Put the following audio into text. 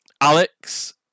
Alex